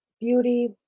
beauty